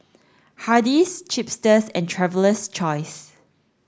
Hardy's Chipster and Traveler's Choice